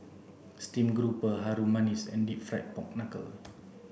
steamed grouper Harum Manis and deep fried pork knuckle